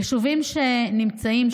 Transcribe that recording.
יישובים שנמצאים,